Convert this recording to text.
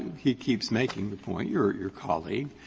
he keeps making the point, your your colleague,